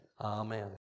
amen